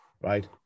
right